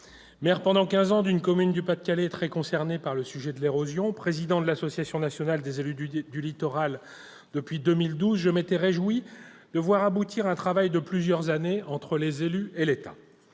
Maire pendant quinze ans d'une commune du Pas-de-Calais très concernée par le sujet de l'érosion, président de l'Association nationale des élus du littoral depuis 2012, je m'étais réjoui de voir aboutir un travail de plusieurs années entre les élus et l'État.